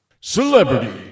Celebrity